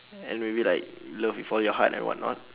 and maybe like love with all your heart and whatnot